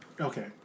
Okay